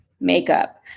makeup